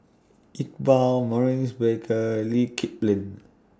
Iqbal Maurice Baker Lee Kip Lin